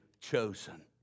chosen